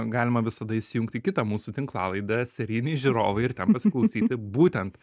galima visada įsijungti į kitą mūsų tinklalaidę serijiniai žiūrovai ir ten pasiklausyti būtent